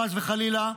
חס וחלילה,